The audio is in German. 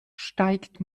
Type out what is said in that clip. steigt